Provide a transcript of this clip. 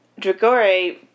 Dragore